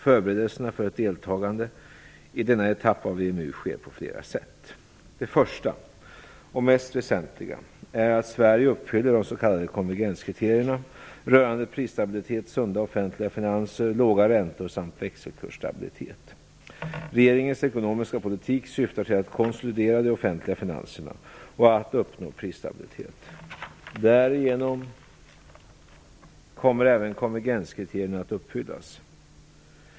Förberedelserna för ett deltagande i denna etapp av EMU sker på flera sätt. Det första, och mest väsentliga, är att Sverige uppfyller de s.k. konvergenskriterierna rörande prisstabilitet, sunda offentliga finanser, låga räntor samt växelkursstabilitet. Regeringens ekonomiska politik syftar till att konsolidera de offentliga finanserna och att uppnå prisstabilitet. Därigenom kommer även konvergenskriterierna att uppfyllas.